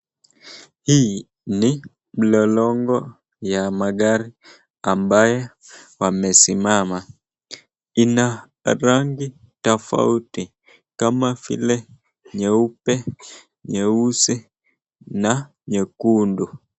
Hii ni mlolongo ya magari ambaye wamesimama. Ina rangi tofauti kama vile nyeupe, nyeusi na nyekundu.